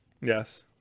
Yes